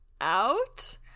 out